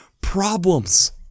problems